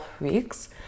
weeks